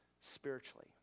spiritually